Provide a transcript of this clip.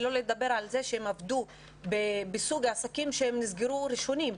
שלא לדבר על כך שהם עבדו בסוג עסקים שנסגרו ראשונים,